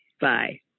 Bye